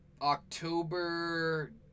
October